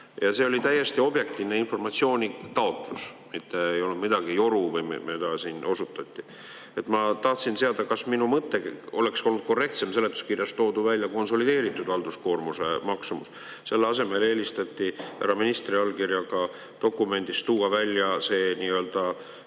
See oli täiesti objektiivne informatsiooni taotlus, mitte ei olnud mingi joru või mida siin osutati. Ma tahtsin teada, kas minu mõte oleks olnud korrektsem: seletuskirjas toodud välja konsolideeritud halduskoormuse maksumus. Selle asemel eelistati härra ministri allkirjaga dokumendis tuua välja see arvestus